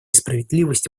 справедливости